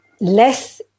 Less